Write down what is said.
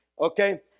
Okay